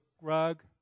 rug